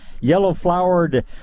yellow-flowered